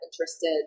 interested